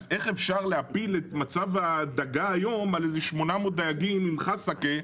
אז איך אפשר להפיל את מצב הדגה היום על איזה 800 דייגים עם חסקה?